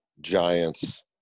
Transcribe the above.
Giants